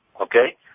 Okay